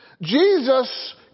Jesus